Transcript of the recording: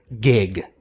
gig